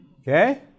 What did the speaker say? Okay